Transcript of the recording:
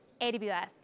AWS